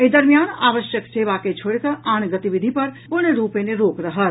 एहि दरमियान आवश्यक सेवा के छोड़ि कऽ आन गतिविधि पर पूर्णरूपेण रोक रहत